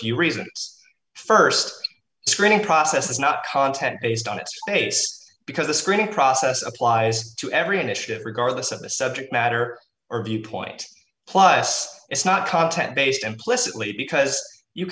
few reasons st screening process is not content based on its face because the screening process applies to every initiative regardless of the subject matter or viewpoint plus it's not content based implicitly because you